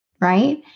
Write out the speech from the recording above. right